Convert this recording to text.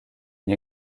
une